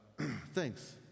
thanks